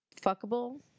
fuckable